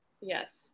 Yes